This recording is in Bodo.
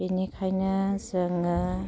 बिनिखायनो जोङो